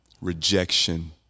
rejection